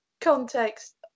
context